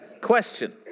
Question